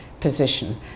position